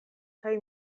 kaj